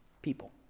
People